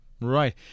right